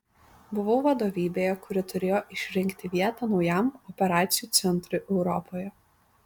buvau vadovybėje kuri turėjo išrinkti vietą naujam operacijų centrui europoje